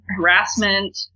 harassment